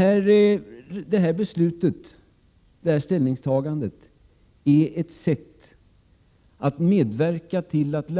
Ställningstagandet beträffande lärarutbildningsreformen är ett sätt att medverka till att